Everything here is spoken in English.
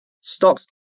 stocks